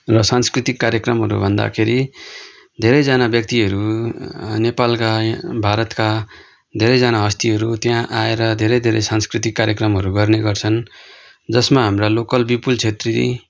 र सांस्कृतिक कार्यक्रमहरू भन्दाखेरि धेरैजना व्यक्तिहरू नेपालका भारतका धेरैजना हस्तीहरू त्यहाँ आएर धेरै धेरै सांस्कृतिक कार्यक्रमहरू गर्ने गर्छन् जसमा हाम्रा लोकल बिपुल छेत्री